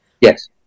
Yes